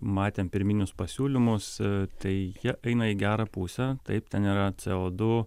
matėm pirminius pasiūlymus tai jie eina į gerą pusę taip ten yra c o du